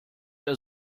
der